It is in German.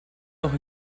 noch